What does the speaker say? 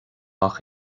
ach